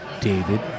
David